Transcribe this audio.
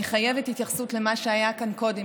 אני חייבת התייחסות למה שהיה כאן קודם,